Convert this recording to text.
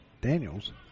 Daniels